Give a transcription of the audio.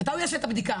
מתי הוא יעשה את הבדיקה?